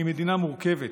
היא מדינה מורכבת.